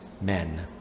men